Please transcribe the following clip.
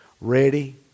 ready